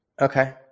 Okay